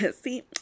See